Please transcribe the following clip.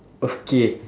okay